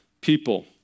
people